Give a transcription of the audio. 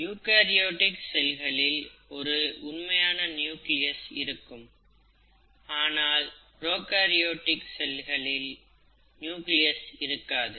eukaryotic செல்லில் ஒரு உண்மையான நியூக்ளியஸ் இருக்கும் ஆனால் புரோகேரியாட்டிக் செல்லில் நியூக்ளியஸ் இருக்காது